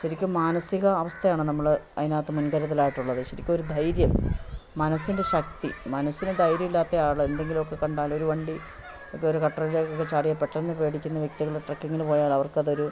ശരിക്കും മാനസിക അവസ്ഥയാണ് നമ്മൾ അതിനകത്ത് മുൻകരുതലായിട്ടുള്ളത് ശരിക്കുമൊരു ധൈര്യം മനസ്സിൻ്റെ ശക്തി മനസ്സിന് ധൈര്യമില്ലാത്ത ആൾ എന്തെങ്കിലൊക്കെ കണ്ടാലൊരു വണ്ടി ഒരു കട്ടറിലേക്കൊക്കെ ചാടിയാൽ പെട്ടെന്നു പേടിക്കുന്ന വ്യക്തികൾ ട്രക്കിങ്ങിൽ പോയാലവർക്കതൊരു